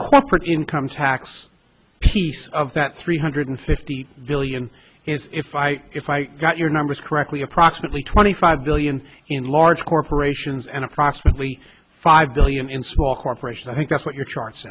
corporate income tax piece of that three hundred fifty billion is if i if i got your numbers correctly approximately twenty five billion in large corporations and approximately five billion in small corporations i think that's what your charts